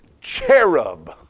cherub